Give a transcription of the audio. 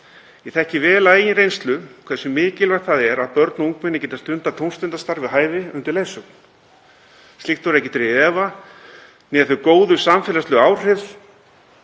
Ég þekki vel af eigin reynslu hversu mikilvægt það er að börn og ungmenni geti stundað tómstundastarf við hæfi undir leiðsögn. Slíkt verður ekki dregið í efa né þau góðu samfélagslegu áhrif